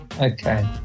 Okay